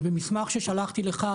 ובמסמך ששלחתי לך,